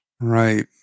right